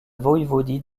voïvodie